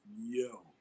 yo